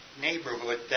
neighborhood